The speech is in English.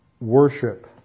worship